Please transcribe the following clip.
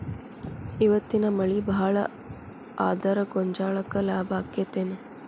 ಇವತ್ತಿನ ಮಳಿ ಭಾಳ ಆದರ ಗೊಂಜಾಳಕ್ಕ ಲಾಭ ಆಕ್ಕೆತಿ ಏನ್?